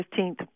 15th